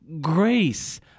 grace